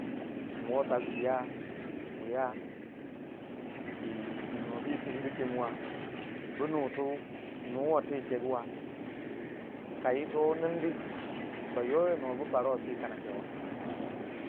nwo sagu kiya wiya yi numa bu yi pusini kemwa bu nu tu yi cheguwa kayito nindi ba yoya mwa bu yau ya nuwa bu parduwi siya sii kana piyau wa.